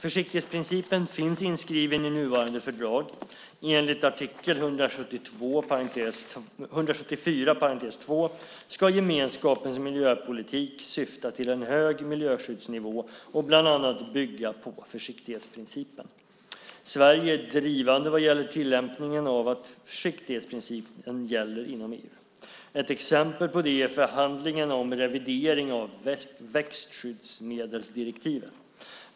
Försiktighetsprincipen finns inskriven i nuvarande fördrag. Enligt artikel 174 ska gemenskapens miljöpolitik syfta till en hög miljöskyddsnivå och bland annat bygga på försiktighetsprincipen. Sverige är drivande vad gäller tillämpningen av försiktighetsprincipen inom EU. Ett exempel på det är förhandlingen om revidering av växtskyddsmedelsdirektivet.